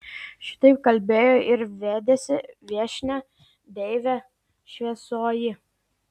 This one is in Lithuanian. šitaip kalbėjo ir vedėsi viešnią deivė šviesioji